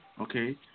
okay